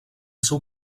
seu